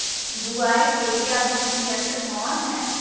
बुवाई के लिए आधुनिक यंत्र कौन हैय?